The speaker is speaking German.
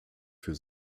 für